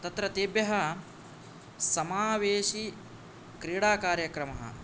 तत्र तेभ्यः समावेशी क्रीडाकार्यक्रमः